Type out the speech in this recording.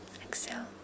exhale